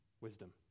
wisdom